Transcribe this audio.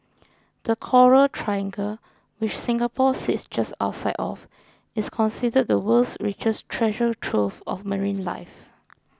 the coral triangle which Singapore sits just outside of is considered the world's richest treasure trove of marine life